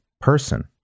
person